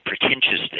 pretentiousness